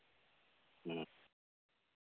ᱦᱮᱸ